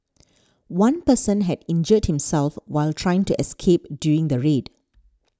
one person had injured himself while trying to escape during the raid